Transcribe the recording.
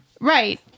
Right